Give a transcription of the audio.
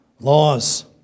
laws